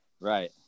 Right